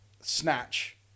snatch